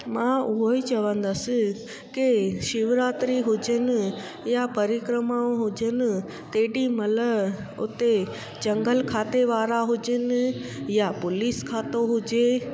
मां उहो ई चवंदसि के शिवरात्री हुजनि या परिक्रमा हुजनि तेॾी महिल उते झंगल खाते वारा हुजनि या पुलिस खातो हुजे